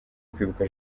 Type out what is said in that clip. kwibuka